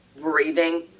breathing